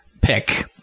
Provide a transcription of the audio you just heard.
pick